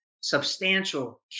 substantial